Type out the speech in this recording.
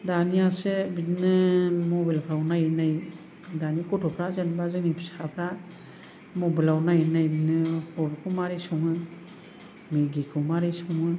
दानियासो बिदिनो मबेलफ्राव नायै नायै दानि गथ'फ्रा जेनेबा जोंनि फिसाफ्रा मबेलाव नायै नायैनो बबेखौ मारै सङो मिगिखौ मारै सङो